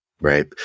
right